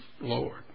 Lord